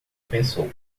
pensou